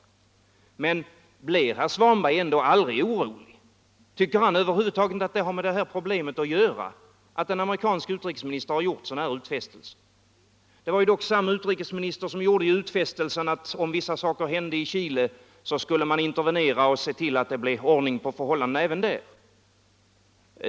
Blir herr Svanberg aldrig orolig? Tycker herr Svanberg över huvud taget inte att det faktum att en amerikansk utrikesminister gjort sådana utfästelser har med det här att göra? Det var dock samme utrikesminister som gjorde utfästelsen att man, om vissa saker hände i Chile, skulle intervenera och se till att det blev ordning på förhållandena där.